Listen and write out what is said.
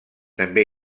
també